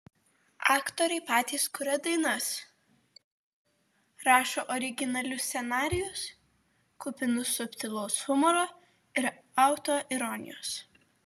aktoriai patys kuria dainas rašo originalius scenarijus kupinus subtilaus humoro ir autoironijos